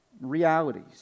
realities